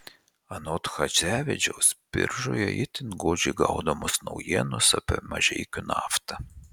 anot chadzevičiaus biržoje itin godžiai gaudomos naujienos apie mažeikių naftą